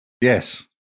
Yes